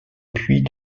puits